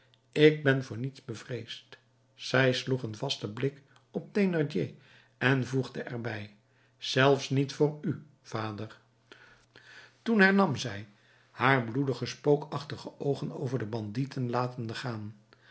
ik ben voor niets bevreesd zij sloeg een vasten blik op thénardier en voegde er bij zelfs niet voor u vader toen hernam zij haar bloedige spookachtige oogen over de bandieten latende gaan